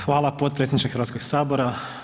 Hvala potpredsjedniče Hrvatskog sabora.